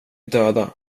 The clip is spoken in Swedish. döda